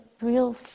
real